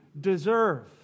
deserve